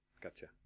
Gotcha